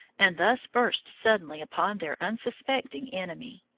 and thus burst suddenly upon their unsuspecting enemy.